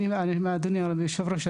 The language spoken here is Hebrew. אדוני היושב-ראש,